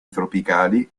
tropicali